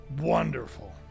Wonderful